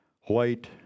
White